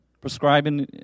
prescribing